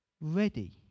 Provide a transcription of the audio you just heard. ready